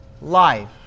life